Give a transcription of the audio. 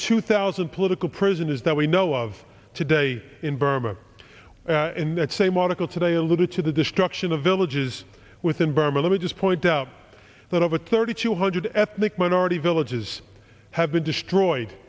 two thousand political prisoners that we know of today in burma in that same article today a alluded to the destruction of villages within burma let me just point out that over thirty two hundred ethnic minority villages have been destroyed